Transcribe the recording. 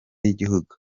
y’igihugu